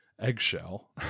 eggshell